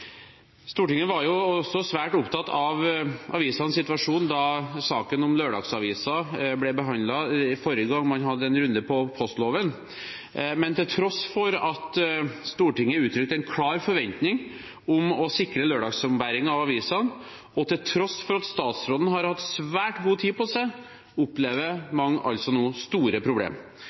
Stortinget var også svært opptatt av avisenes situasjon da saken om lørdagsaviser ble behandlet forrige gang man hadde en runde om postloven. Men til tross for at Stortinget uttrykte en klar forventning om å sikre lørdagsombæring av avisene, og til tross for at statsråden har hatt svært god tid på seg, opplever mange nå store